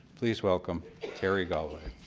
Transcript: please welcome terry golway.